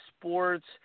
sports